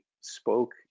spoke